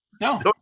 No